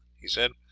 he said.